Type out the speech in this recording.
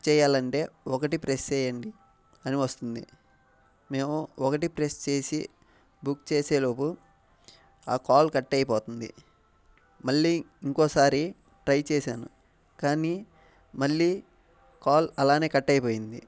book చెయ్యాలంటే ఒకటి press చేయండి అని వస్తుంది మేము ఒకటి ప్రెస్ చేసి బుక్ చేసేలోపు ఆ కాల్ కట్ అయిపోతుంది మళ్ళీ ఇంకొకసారి ట్రై చేశాను కానీ మళ్ళీ కాల్ అలానే కట్ అయిపోయింది